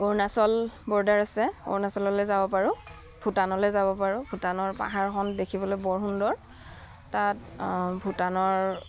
Arunachal border আছে অৰুণাচললৈ যাব পাৰোঁ ভূটানলৈ যাব পাৰোঁ ভূটানৰ পাহাৰখন দেখিবলৈ বৰ সুন্দৰ তাত ভূটানৰ